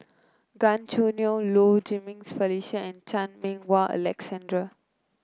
Gan Choo Neo Low Jimenez Felicia and Chan Meng Wah Alexander